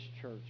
church